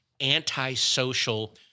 antisocial